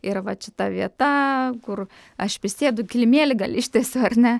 ir va čia ta vieta kur aš prisėdu kilimėlį gali ištiesiu ar ne